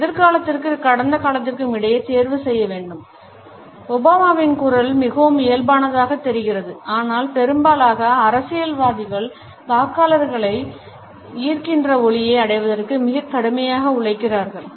நாம் எதிர்காலத்திற்கும் கடந்த காலத்திற்கும் இடையே தேர்வு செய்ய வேண்டும் ஒபாமாவின் குரல் மிகவும் இயல்பானதாக தெரிகிறது ஆனால் பெரும்பாலான அரசியல்வாதிகள் வாக்காளர்களை ஈர்க்கின்ற ஒலியை அடைவதற்கு மிகக் கடுமையாக உழைக்கிறார்கள்